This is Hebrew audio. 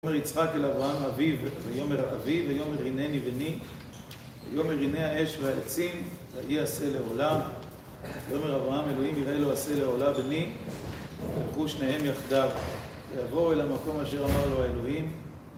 ויאמר יצחק אל אברהם אביו, ויאמר אבי, ויאמר הנני בני, ויאמר הנה האש והעצים, ואיה השה לעולה, ויאמר אברהם אלוהים יראה לו השה לעולה בני, וילכו שניהם יחדיו, ויבואו אל המקום אשר אמר לו האלוהים.